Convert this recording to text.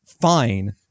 fine